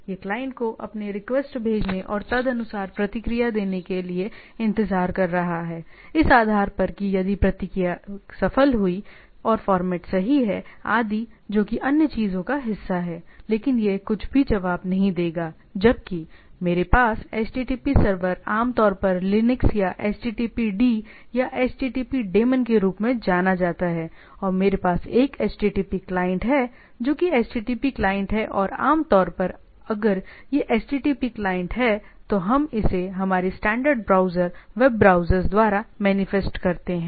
यह क्लाइंट को अपने रिक्वेस्ट भेजने और तदनुसार प्रतिक्रिया देने के लिए इंतजार कर रहा है इस आधार पर कि यदि प्रतिक्रिया सफल हुई है और फॉर्मेट सही है आदि जो कि अन्य चीजों का हिस्सा है लेकिन यह कुछ भी जवाब नहीं देगा जबकि मेरे पास http सर्वर आमतौर पर लिनक्स या httpd या http डेमॉन के रूप में जाना जाता है और मेरे पास एक http क्लाइंट है जो कि http क्लाइंट है या आमतौर पर अगर यह http क्लाइंट है तो हम इसे हमारे स्टैंडर्ड ब्राउज़र वेब ब्राउज़रों द्वारा मेनिफेस्ट करते हैं